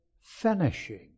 finishing